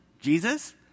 Jesus